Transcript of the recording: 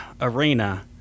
arena